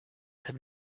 have